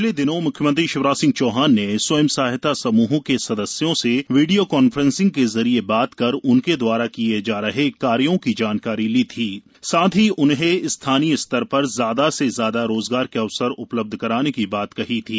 पिछले दिनों मुख्यमंत्री शिवराज सिंह चौहान ने स्व सहायता समूहों के सदस्यों से वीडियो कान्फ्रेसिंग के जरिए बात कर उनके द्वारा किए जा रहे कार्यो की जानकारी ली थी साथ ही उन्हें स्थानीय स्तर पर ज्यादा से ज्यादा रोजगार के अवसर उपलब्ध करानें की बात कही थी